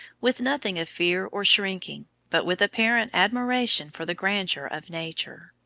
with nothing of fear or shrinking, but with apparent admiration for the grandeur of nature.